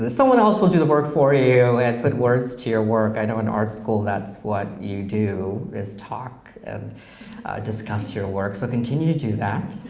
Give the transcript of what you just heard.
someone else will do the work for you and put words to your work. i know in art school, that's what you do is talk and discuss your work, so continue to do that,